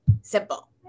simple